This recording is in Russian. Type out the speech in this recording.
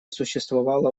существовало